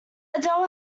adele